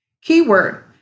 Keyword